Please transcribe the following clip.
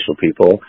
people